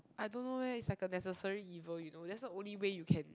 I don't know leh it's like a necessary evil you know that's the only way you can